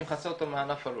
אני מפצה אותו מענף הלול,